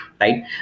right